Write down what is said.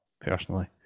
personally